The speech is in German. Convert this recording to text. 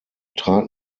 trat